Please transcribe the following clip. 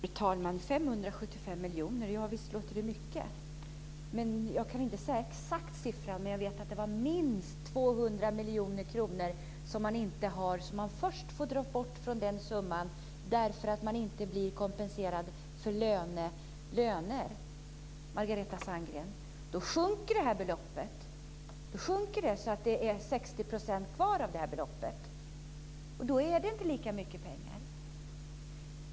Fru talman! 575 miljoner - visst låter det mycket. Jag kan inte säga den exakta siffran, men jag vet att det är minst 200 miljoner kronor som man inte har och som man först får dra bort från den summan därför att man inte blir kompenserad för löner. Då sjunker beloppet, Margareta Sandgren, så att det blir 60 % kvar. Då är det inte lika mycket pengar.